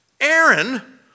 Aaron